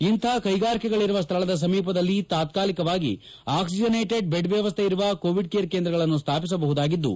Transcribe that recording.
ಇಂತಹ ಕೈಗಾರಿಕೆಗಳಿರುವ ಸ್ಥಳದ ಸಮೀಪದಲ್ಲಿ ತಾತ್ಕಾಲಿಕವಾಗಿ ಆಕ್ಲಿಜನೇಟೆಡ್ ಬೆಡ್ ವ್ಯವಸ್ಥೆ ಇರುವ ಕೋವಿಡ್ ಕೇರ್ ಕೇಂದ್ರಗಳನ್ನು ಸ್ಥಾಪಿಸಬಹುದಾಗಿದ್ದು